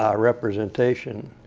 um representation